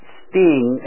sting